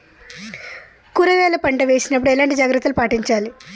కూరగాయల పంట వేసినప్పుడు ఎలాంటి జాగ్రత్తలు పాటించాలి?